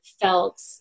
felt